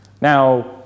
Now